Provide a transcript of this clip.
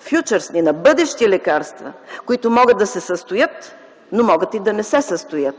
фючърсни, на бъдещи лекарства, които могат да се състоят, но могат и да не се състоят,